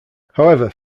however